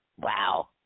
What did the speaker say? Wow